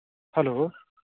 hello